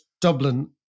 Dublin